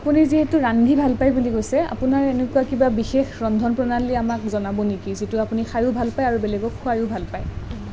আপুনি যিহেতু ৰান্ধি ভাল পায় বুলি কৈছে আপোনাৰ এনেকুৱা কিবা বিশেষ ৰন্ধন প্ৰণালী আমাক জনাব নেকি যিটো আপুনি খায়ো ভাল পায় আৰু বেলেগক খুৱায়ো ভাল পায়